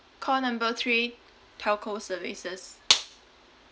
call number three telco services